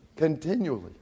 Continually